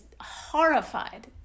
horrified